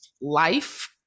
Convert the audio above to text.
life